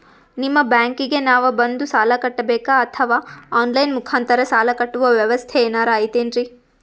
ನಿಮ್ಮ ಬ್ಯಾಂಕಿಗೆ ನಾವ ಬಂದು ಸಾಲ ಕಟ್ಟಬೇಕಾ ಅಥವಾ ಆನ್ ಲೈನ್ ಮುಖಾಂತರ ಸಾಲ ಕಟ್ಟುವ ವ್ಯೆವಸ್ಥೆ ಏನಾರ ಐತೇನ್ರಿ?